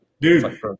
dude